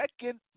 second